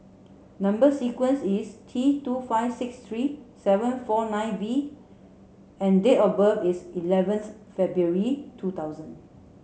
number sequence is T two five six three seven four nine V and date of birth is eleventh February two thousand